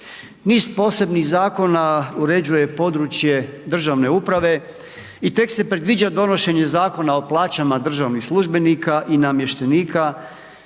Niz posebnih zakona uređuje područje državne uprave i tek se predviđa donošenje Zakona o plaćama državnih službenika i namještenika